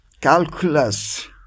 calculus